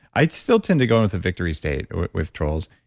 i'd still tend to go with the victory state with trolls.